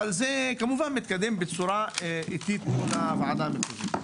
אבל זה כמובן מתקדם בצורה איטית מול הוועדה המחוזית.